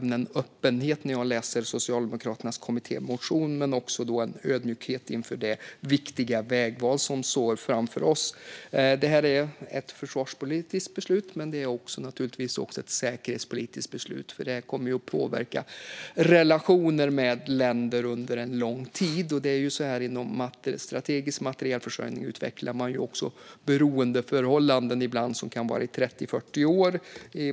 När jag läser Socialdemokraternas kommittémotion uppfattar jag alltså en öppenhet men också en ödmjukhet inför det viktiga vägval som står framför oss. Det här är ett försvarspolitiskt beslut, men det är naturligtvis också ett säkerhetspolitiskt beslut. Det kommer att påverka relationer med länder under lång tid. Strategisk materielförsörjning utvecklar man beroendeförhållanden som ibland kan vara i 30-40 år.